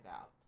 out